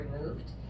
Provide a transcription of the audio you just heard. removed